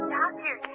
Doctor